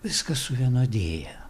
viskas suvienodėja